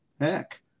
Heck